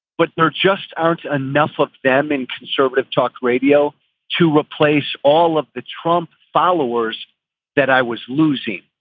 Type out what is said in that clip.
but there just aren't enough of them in conservative talk radio to replace all of the trump followers that i was losing.